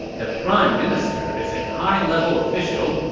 the prime minister is a high-level official,